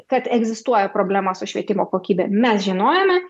kad egzistuoja problema su švietimo kokybe mes žinojome